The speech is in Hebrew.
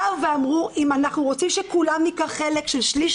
באו ואמרו: אם אנחנו רוצים שכולם ניקח חלק של שליש,